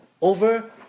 over